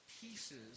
pieces